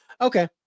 Okay